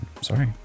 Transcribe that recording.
sorry